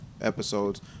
episodes